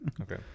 Okay